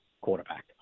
quarterback